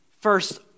First